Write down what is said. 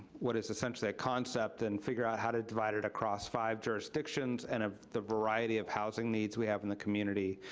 what is essentially a concept and figure out how to divide it across five jurisdictions and the variety of housing needs we have in the community.